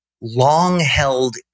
long-held